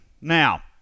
Now